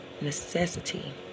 necessity